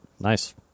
nice